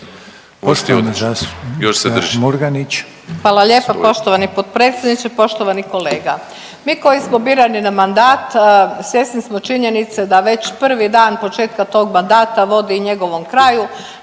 Hvala lijepa poštovani potpredsjedniče. Poštovani kolega, mi koji smo birani na mandat svjesni smo činjenice da već prvi dan početka tog mandata vodi i njegovom kraju,